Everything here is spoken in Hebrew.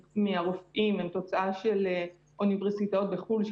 56% מהרופאים הם תוצאה של אוניברסיטאות בחו"ל,